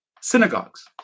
synagogues